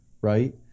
right